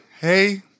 hey